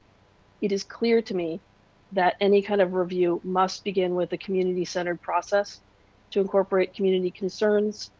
it is clear to me that any kind of review must begin with the community centered process to incorporate community concerns,